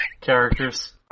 characters